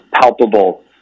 palpable